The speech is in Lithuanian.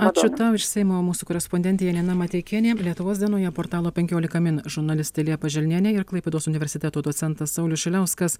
ačiū tau iš seimo mūsų korespondentė janina mateikienė lietuvos dienoje portalo penkiolika min žurnalistė liepa želnienė ir klaipėdos universiteto docentas saulius šiliauskas